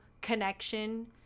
connection